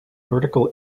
vertical